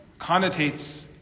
connotates